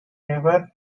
never